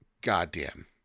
goddamn